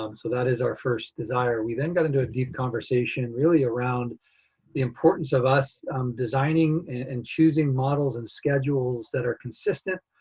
um so that is our first desire. we then got into a deep conversation really around the importance of us designing and choosing models and schedules that are consistent,